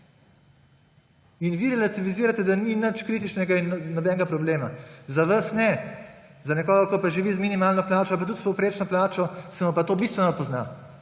In vi relativizirate, da ni nič kritičnega in nobenega problema. Za vas ne, za nekoga, ki pa živi z minimalno plačo ali pa s povprečno plačo, se pa to bistveno pozna.